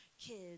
kids